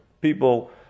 people